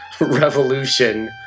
Revolution